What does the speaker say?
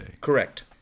Correct